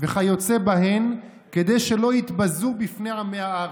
וכיוצא בהן, כדי שלא יתבזו בפני עמי הארץ.